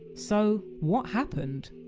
so, what happened?